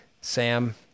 Sam